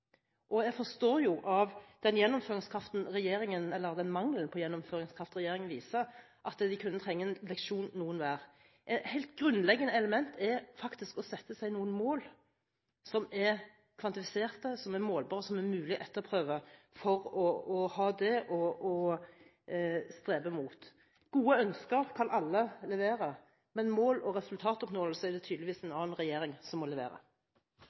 resultater. Jeg forstår jo av den gjennomføringskraften regjeringen viser – eller den mangel på gjennomføringskraft regjeringen viser – at noen hver kunne trenge en leksjon. Et helt grunnleggende element er faktisk å sette seg noen mål som er kvantifiserte, som er målbare, og som er mulige å etterprøve, for å ha det å streve mot. Gode ønsker kan alle levere, men mål og resultatoppnåelse er det tydeligvis en annen regjering som må levere.